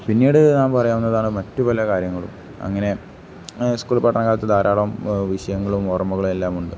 പിന്നീട് ഞാൻ പറയാവുന്നതാണ് മറ്റു പല കാര്യങ്ങളും അങ്ങനെ സ്കൂൾ പഠനകാലത്ത് ധാരാളം വിഷയങ്ങളും ഓർമ്മകളും എല്ലാമുണ്ട്